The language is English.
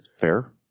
fair